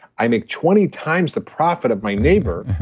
i make twenty times the profit of my neighbor.